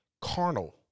carnal